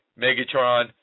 Megatron